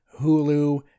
Hulu